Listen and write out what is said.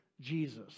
Jesus